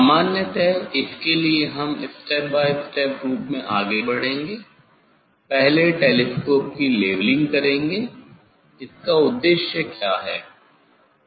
सामान्यत इसके लिए हम चरणबद्ध स्टेप बाई स्टेप रूप में आगे बढ़ेंगे पहले टेलीस्कोप की लेवलिंग करेंगे इसका उद्देश्य क्या है